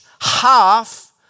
half